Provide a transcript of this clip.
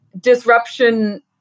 disruption